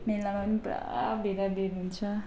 मेलामा नि पुरा भिडाभिड हुन्छ